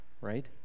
right